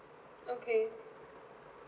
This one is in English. okay